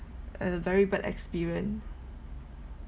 I had a very bad experience